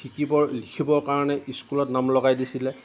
শিকিব লিখিবৰ কাৰণে স্কুলত নাম লগাই দিছিলে